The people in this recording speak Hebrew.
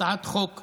הצעת חוק חשובה.